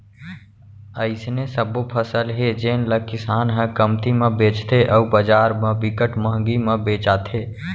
अइसने सबो फसल हे जेन ल किसान ह कमती म बेचथे अउ बजार म बिकट मंहगी म बेचाथे